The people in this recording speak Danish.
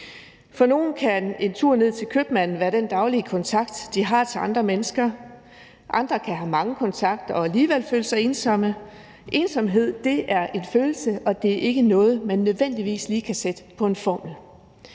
For nogle kan en tur ned til købmanden være den daglige kontakt, de har til andre mennesker, andre kan have mange kontakter og alligevel føle sig ensomme. Ensomhed er en følelse, og det er ikke noget, man nødvendigvis lige kan sætte på en formel.